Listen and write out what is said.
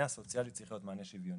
הסוציאלי צריך להיות מענה שוויוני,